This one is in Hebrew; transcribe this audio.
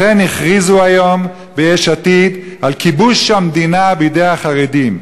לכן הכריזו היום ביש עתיד על כיבוש המדינה בידי החרדים.